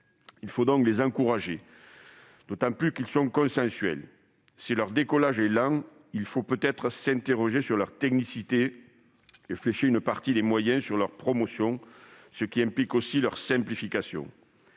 Il faut donc les encourager, d'autant qu'ils sont consensuels. Si leur décollage est lent, sans doute convient-il de s'interroger sur leur technicité et flécher une partie des moyens sur leur promotion. Cela implique une simplification